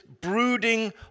brooding